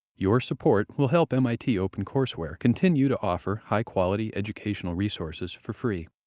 your support will help mit opencourseware continue to offer high-quality educational resources for free.